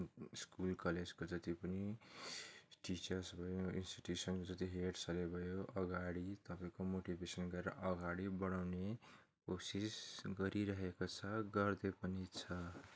school कलेजको जति पनि टिचर्स भयो इन्स्टिट्युसन्सहरूदेखि हेड्सहरू भयो अगाडि तपाईँको मोटिभेसन गरेर अगाडि बढाउने कोसिस गरिरहेको छ गर्दै पनि छ